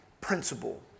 principle